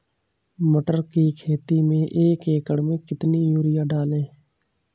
मटर की खेती में एक एकड़ में कितनी यूरिया डालें?